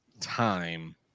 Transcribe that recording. time